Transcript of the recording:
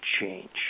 change